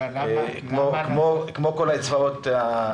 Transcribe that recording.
כמו כל הקצבאות.